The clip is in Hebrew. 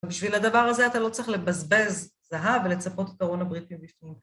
ובשביל הדבר הזה אתה לא צריך לבזבז זהב ולצפות את ארון הברית מבפנים.